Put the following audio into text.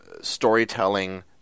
storytelling